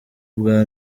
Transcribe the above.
ubwa